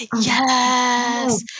Yes